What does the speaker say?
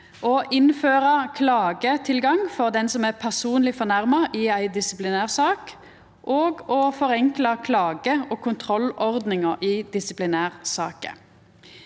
å innføra klagetilgang for den som er personleg fornærma i ei disiplinærsak, og å forenkla klage- og kontrollordninga i disiplinærsaker.